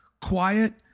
quiet